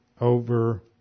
over